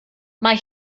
mae